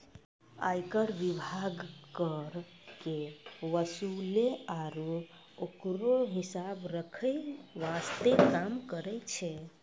आयकर विभाग कर के वसूले आरू ओकरो हिसाब रख्खै वास्ते काम करै छै